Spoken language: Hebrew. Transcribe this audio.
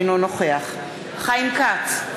אינו נוכח חיים כץ,